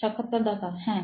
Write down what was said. সাক্ষাৎকারদাতা হ্যাঁ